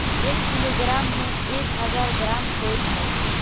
एक किलोग्राम में एक हजार ग्राम होय छै